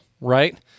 right